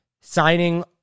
signing